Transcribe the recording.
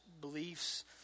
beliefs